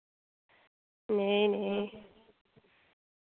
नेईं नेईं